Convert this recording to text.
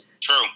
True